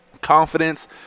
confidence